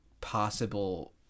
possible